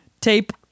tape